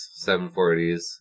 740s